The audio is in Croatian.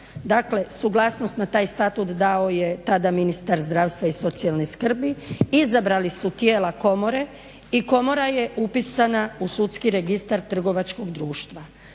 dakle suglasnost na taj statut dao je tada ministar zdravstva i socijalne skrbi, izabrali su tijela komore i komora je upisana u Sudski registar Trgovačkog društva.